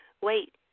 wait